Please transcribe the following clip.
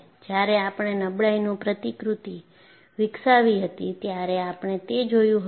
જ્યારે આપણે નબળાઈનું પ્રતિકૃતિ વિકસાવી હતી ત્યારે આપણે તે જોયું હતું